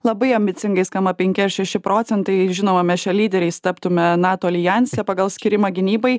labai ambicingai skamba penki ar šeši procentai žinoma mes čia lyderiais taptume nato aljanse pagal skyrimą gynybai